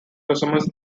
resembles